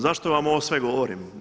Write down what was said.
Zašto vam ovo sve govorim?